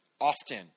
often